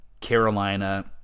Carolina